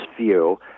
view